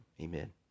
Amen